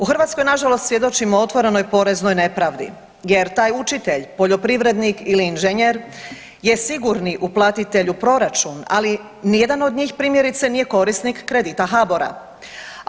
U Hrvatskoj na žalost svjedočimo otvorenoj poreznoj nepravdi, jer taj učitelj poljoprivrednik ili inženjer je sigurni uplatitelj u proračun, ali ni jedan od njih primjerice nije korisnik kredita HBOR-a.